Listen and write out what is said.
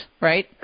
right